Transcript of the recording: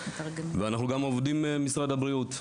אנחנו עובדים עם משרד הבריאות.